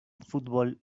football